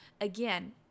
Again